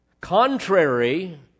Contrary